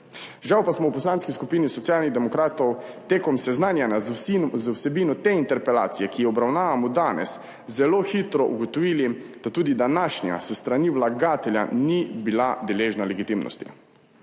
Žal pa smo v Poslanski skupini Socialnih demokratov med seznanjanjem z vsebino te interpelacije, ki jo obravnavamo danes, zelo hitro ugotovili, da tudi današnja s strani vlagatelja ni bila deležna legitimnosti.